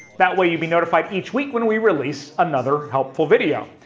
that way you'll be notified each week when we release another helpful video.